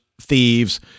thieves